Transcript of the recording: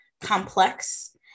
complex